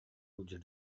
сылдьар